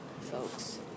folks